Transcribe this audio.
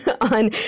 on